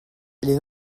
les